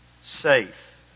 safe